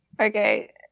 Okay